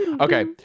Okay